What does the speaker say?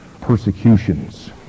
persecutions